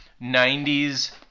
90s